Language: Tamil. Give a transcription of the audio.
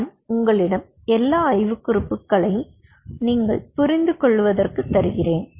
நான் உங்களிடம் எல்லா ஆய்வுக்குறிப்புகளையும் நீங்கள் புரிந்து கொள்ளுவதற்கு தருகிறேன்